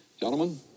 gentlemen